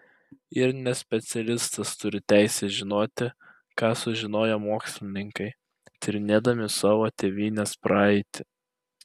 ir nespecialistas turi teisę žinoti ką sužinojo mokslininkai tyrinėdami savo tėvynės praeitį